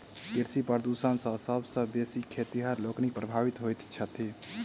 कृषि प्रदूषण सॅ सभ सॅ बेसी खेतिहर लोकनि प्रभावित होइत छथि